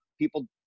people